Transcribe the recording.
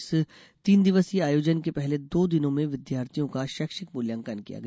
इस तीन दिवसीय आयोजन के पहले दो दिनों में विद्यार्थियों का शैक्षिक मूल्यांकन किया गया